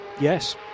yes